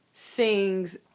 sings